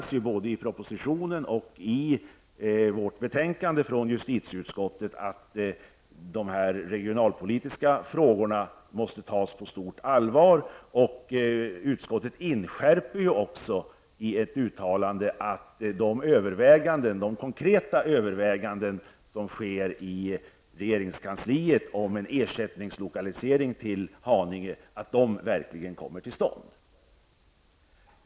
Både i propositionen och i justitieutskottets betänkande konstateras dock att de regionalpolitiska frågorna måste tas på stort allvar. Utskottet inskärper också i ett uttalande behovet av de konkreta överväganden som nu sker i regeringskansliet om en ersättningslokalisering till Haninge kommun. Det är viktigt att sådana kommer till stånd.